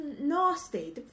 nasty